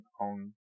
on